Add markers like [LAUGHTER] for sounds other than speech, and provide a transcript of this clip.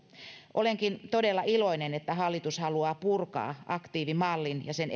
olenkin todella iloinen että hallitus haluaa purkaa aktiivimallin ja sen [UNINTELLIGIBLE]